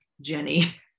Jenny